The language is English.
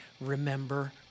remember